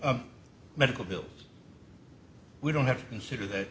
a medical bill we don't have that